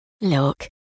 Look